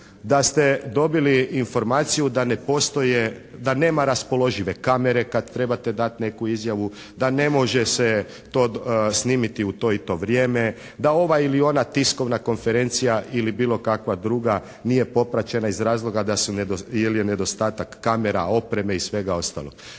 da ste dobili informaciju da ne postoje, da nema raspoložive kamere kada trebate dati neku izjavu, da ne može se snimiti u to i to vrijeme, da ova ili tiskovna konferencija ili bilo kakva druga nije popraćena iz razloga jer je nedostatak kamera, opreme i svega ostalog.